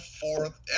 fourth